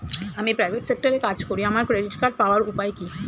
আমি প্রাইভেট সেক্টরে কাজ করি আমার ক্রেডিট কার্ড পাওয়ার উপায় কি?